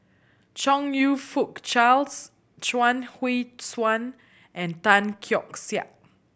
Chong You Fook Charles Chuang Hui Tsuan and Tan Keong Saik